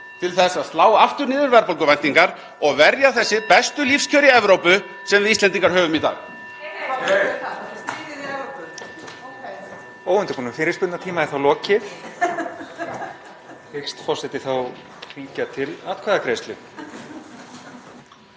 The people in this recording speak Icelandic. til þess að slá aftur niður verðbólguvæntingar og verja þessi bestu lífskjör í Evrópu sem við Íslendingar höfum í dag.